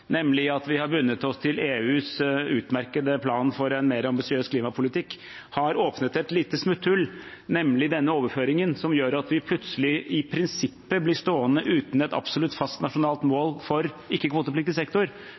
nemlig at vi har bundet oss til EUs utmerkede plan for en mer ambisiøs klimapolitikk, har åpnet et lite smutthull, nemlig denne overføringen, som gjør at vi i prinsippet for første gang plutselig blir stående uten et absolutt fast nasjonalt mål for ikke-kvotepliktig sektor.